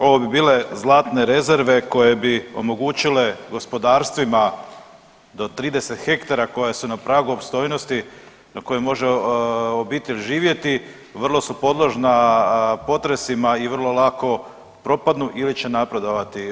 Ovo bi bile zlatne rezerve koje bi omogućile gospodarstvima do 30 hektara koja su na pragu opstojnosti na kojoj može obitelj živjeti vrlo su podložna potresima i vrlo lako propadnu ili će napredovati.